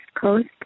Coast